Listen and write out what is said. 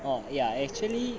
oh ya actually